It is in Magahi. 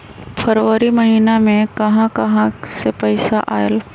फरवरी महिना मे कहा कहा से पैसा आएल?